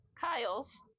Kyle's